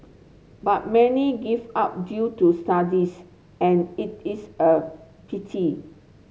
but many give up due to studies and it is a pity